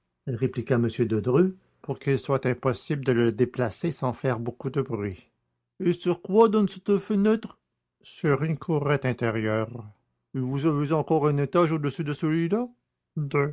répliqua m de dreux pour qu'il soit impossible de le déplacer sans faire beaucoup de bruit et sur quoi donne cette fenêtre sur une courette intérieure et vous avez encore un étage au-dessus de